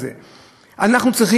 יהיה הרבה יותר אגרסיבי,